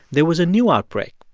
there was a new outbreak,